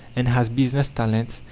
and has business talents,